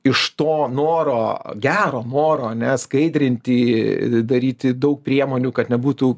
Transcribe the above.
iš to noro gero noro ane skaidrinti daryti daug priemonių kad nebūtų